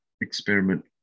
experiment